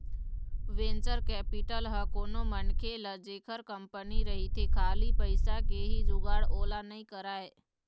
venture capital ह कोनो मनखे ल जेखर कंपनी रहिथे खाली पइसा के ही जुगाड़ ओला नइ कराय